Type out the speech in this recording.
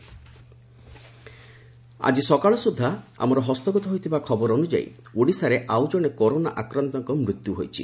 corona ଆଜି ସକାଳ ସ୍ରଦ୍ଧା ଆମର ହସ୍ତଗତ ହୋଇଥିବା ଖବର ଅନ୍ରଯାୟୀ ଓଡ଼ିଶାରେ ଆଉ ଜଣେ କରୋନା ଆକ୍ରାନ୍ତଙ୍କ ମୃତ୍ୟୁ ହୋଇଛି